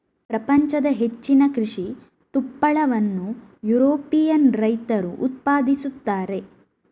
ಪ್ರಪಂಚದ ಹೆಚ್ಚಿನ ಕೃಷಿ ತುಪ್ಪಳವನ್ನು ಯುರೋಪಿಯನ್ ರೈತರು ಉತ್ಪಾದಿಸುತ್ತಾರೆ